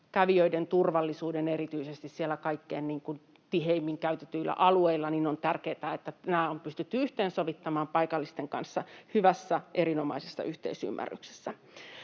kävijöiden turvallisuuden erityisesti siellä kaikkein tiheimmin käytetyillä alueilla, he ovat saaneet määritellä sitä, ja on tärkeätä, että nämä on pystytty yhteensovittamaan paikallisten kanssa hyvässä, erinomaisessa yhteisymmärryksessä.